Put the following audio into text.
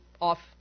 off